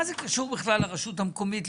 מה זה קשור בכלל לרשות המקומיות?